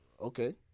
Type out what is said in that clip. Okay